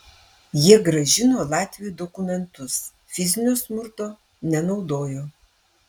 jie grąžino latviui dokumentus fizinio smurto nenaudojo